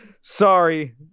sorry